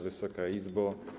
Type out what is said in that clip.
Wysoka Izbo!